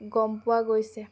গম পোৱা গৈছে